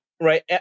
Right